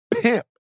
pimp